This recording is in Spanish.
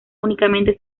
únicamente